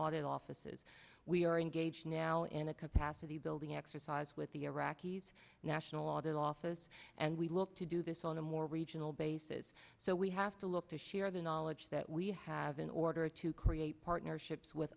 audit office says we are engaged now in a capacity building exercise with the iraqis national audit office and we look to do this on a more regional basis so we have to look to share the knowledge that we have in order to create partnerships with